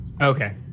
Okay